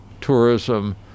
tourism